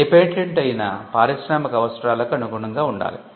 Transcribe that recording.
ఏ patent అయినా పారిశ్రామిక అవసరాలకు అనుగుణంగా ఉండాలి